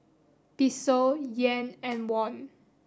Peso Yen and Won